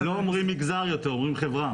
לא אומרים מגזר יותר, אומרים חברה.